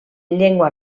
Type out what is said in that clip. llengua